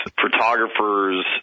photographers